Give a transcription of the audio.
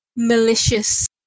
Malicious